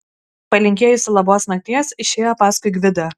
palinkėjusi labos nakties išėjo paskui gvidą